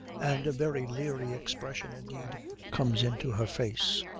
and a very leery expression indeed comes into her face.